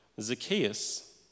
zacchaeus